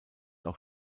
auch